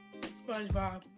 SpongeBob